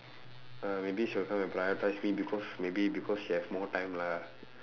uh maybe she will come and prioritise me because maybe because she have more time lah